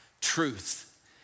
truth